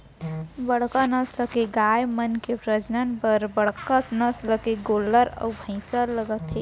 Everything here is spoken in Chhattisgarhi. बड़का नसल के गाय मन के प्रजनन बर बड़का नसल के गोल्लर अउ भईंसा लागथे